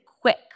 quick